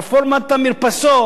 רפורמת המרפסות,